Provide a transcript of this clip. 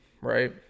right